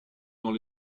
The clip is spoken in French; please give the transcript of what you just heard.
dans